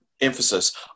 emphasis